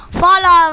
follow